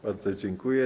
Bardzo dziękuję.